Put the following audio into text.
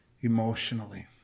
emotionally